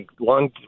long